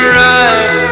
right